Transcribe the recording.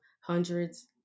hundreds